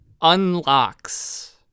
unlocks